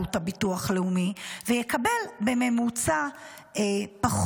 יעלו את הביטוח הלאומי והוא יקבל בממוצע פחות.